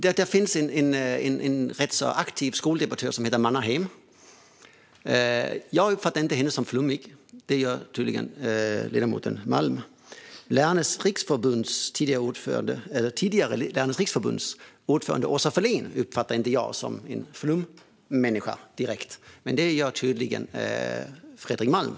Det finns en rätt aktiv skoldebattör som heter Mannerheim. Jag uppfattar inte henne som flummig. Det gör tydligen ledamoten Malm. Lärarnas Riksförbunds ordförande Åsa Fahlén uppfattar inte jag som en flummänniska, direkt. Men det gör tydligen Fredrik Malm.